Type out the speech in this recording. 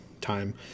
time